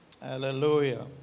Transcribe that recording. hallelujah